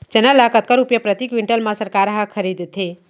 चना ल कतका रुपिया प्रति क्विंटल म सरकार ह खरीदथे?